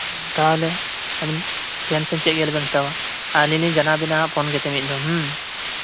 ᱛᱟᱦᱞᱮ ᱟᱵᱤᱱ ᱴᱮᱱᱥᱮᱱ ᱪᱮᱫ ᱜᱮ ᱟᱞᱚ ᱵᱮᱱ ᱦᱟᱛᱟᱣᱟ ᱟᱨ ᱟᱞᱤᱧ ᱞᱤᱧ ᱡᱟᱱᱟᱣ ᱟᱵᱮᱱᱟᱜ ᱦᱟᱜ ᱯᱷᱳᱱ ᱠᱟᱛᱮᱜ ᱢᱤᱫᱫᱚᱢ